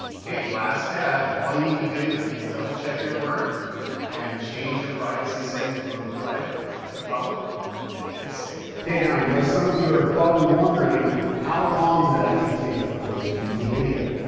ok, last step all you need to do is double check your work and change your privacy setting from private to public and hit save. ok now i know some of you are probably wondering how long does it actually take to upload this youtube video.